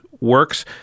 works